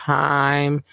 time